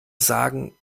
sagen